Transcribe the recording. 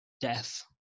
death